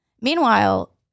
meanwhile